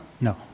No